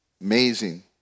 Amazing